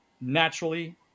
naturally